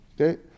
Okay